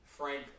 Frank